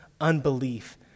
unbelief